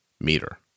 meter